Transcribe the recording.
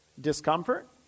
discomfort